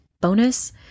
bonus